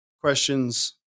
questions